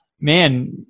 man